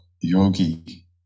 yogi